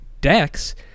decks